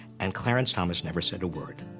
and clarence thomas never said a word.